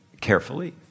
carefully